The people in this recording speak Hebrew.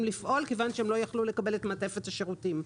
לפעול כיוון שהם לא יכלו לקבל את מעטפת השירותים.